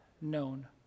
known